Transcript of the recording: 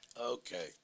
Okay